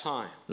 time